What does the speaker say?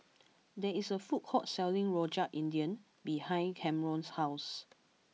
there is a food court selling Rojak India behind Camron's house